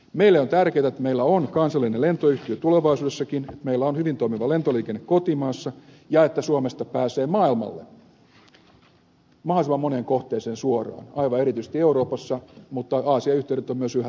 meille on tärkeätä että meillä on kansallinen lentoyhtiö tulevaisuudessakin meillä on hyvin toimiva lentoliikenne kotimaassa ja että suomesta pääsee maailmalle mahdollisimman moneen kohteeseen suoraan aivan erityisesti euroopassa mutta aasia yhteydet ovat myös yhä tärkeämmät